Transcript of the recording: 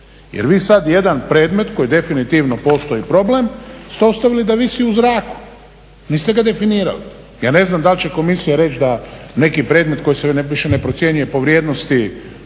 jer vi sad jedan predmet koji definitivno postoji problem, ste ostavili da visi u zraku, niste ga definirali. Ja ne znam da li će komisija reći da neki predmet koji se više ne procjenjuje po vrijednosti